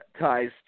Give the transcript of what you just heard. ties